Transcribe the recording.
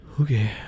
okay